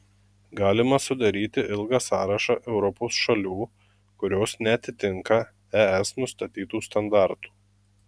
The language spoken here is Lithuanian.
galima sudaryti ilgą sąrašą europos šalių kurios neatitinka es nustatytų standartų